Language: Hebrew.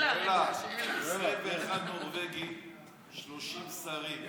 21 נורבגים, 30 שרים.